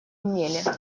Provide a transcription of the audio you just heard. умели